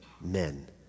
men